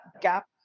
gap